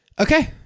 Okay